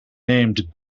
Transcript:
named